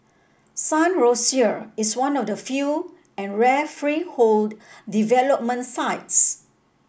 Sun Rosier is one of the few and rare freehold development sites